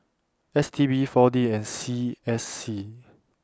S T B four D and C S C